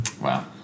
Wow